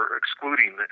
excluding